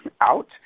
out